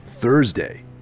Thursday